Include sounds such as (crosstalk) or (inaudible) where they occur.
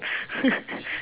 (laughs)